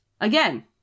again